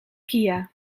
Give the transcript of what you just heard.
kia